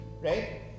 right